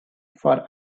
for